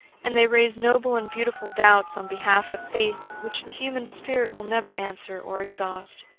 and they raise noble and beautiful doubts on behalf of faith which the human spirit will never answer or exhaust.